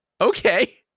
Okay